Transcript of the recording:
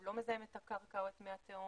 לא מזהם את הקרקעות ואת מי התהום,